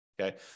okay